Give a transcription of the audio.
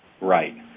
Right